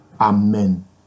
amen